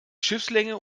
schiffslänge